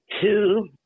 two